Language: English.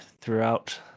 throughout